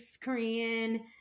Korean